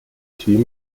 team